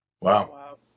Wow